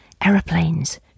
Aeroplanes